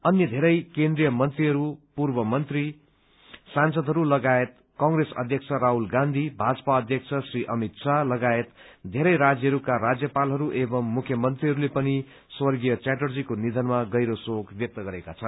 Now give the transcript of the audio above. अन्य वेरै केन्द्रीय मन्त्रीहरू पूर्व मन्त्री सांसदहरू लगायत कंप्रेस अध्यक्ष राहुत गाँधी भाजपा अध्यक्ष अमित शाह लगायत धेरै राज्यहरूका राज्यपालहरू एवं मुख्यमन्त्रीहस्ले पनि स्वर्गीय च्याटर्जीको निधनमा गहिरो शोक व्यक्त गरेका छन्